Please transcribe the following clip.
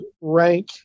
rank